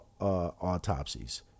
autopsies